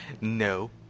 No